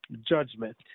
judgment